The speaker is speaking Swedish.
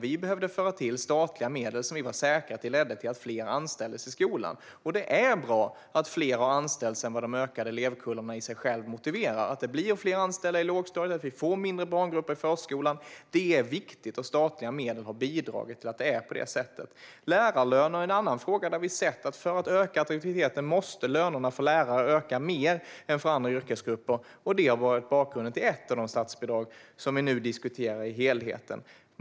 Vi behövde tillföra statliga medel och vara säkra på att de skulle leda till att fler anställdes i skolan. Det är bra att fler har anställts än vad de ökade elevkullarna i sig själva motiverar. Att det blir fler anställda i lågstadiet och att vi får mindre barngrupper i förskolan är viktigt. Statliga medel har bidragit till att det är på det sättet. Lärarlöner är en annan viktig fråga. För att öka attraktiviteten måste lönerna för lärare öka mer än för andra yrkesgrupper, och det har varit bakgrunden till ett av de statsbidrag som vi nu diskuterar i helheten.